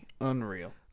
Unreal